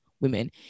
women